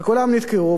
וכולם נתקעו,